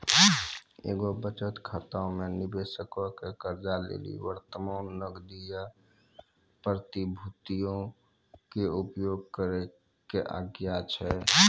एगो बचत खाता मे निबेशको के कर्जा लेली वर्तमान नगदी या प्रतिभूतियो के उपयोग करै के आज्ञा छै